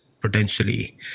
potentially